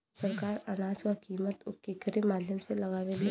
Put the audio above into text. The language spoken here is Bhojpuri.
सरकार अनाज क कीमत केकरे माध्यम से लगावे ले?